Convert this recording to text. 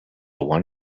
won